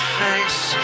face